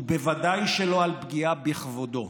ובוודאי שלא על פגיעה בכבודו.